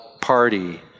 party